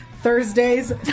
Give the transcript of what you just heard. Thursdays